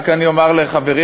רק אני אומר לחברי,